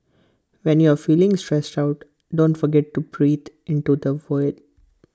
when you are feeling stressed out don't forget to breathe into the void